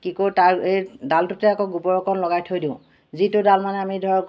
কি কৰোঁ তাৰ ডালটোতে আকৌ গোবৰ অকণ লগাই থৈ দিওঁ যিটো ডাল মানে আমি ধৰক